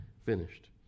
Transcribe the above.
finished